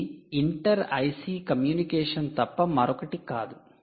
ఇది inter IC communication IC communication' తప్ప మరొకటి కాదు